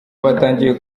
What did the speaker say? batangiye